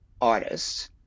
artists